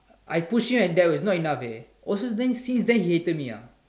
I push him and that was not enough eh oh so then since the he hated me ah